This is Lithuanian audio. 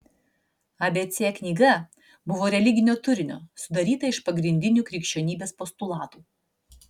abc knyga buvo religinio turinio sudaryta iš pagrindinių krikščionybės postulatų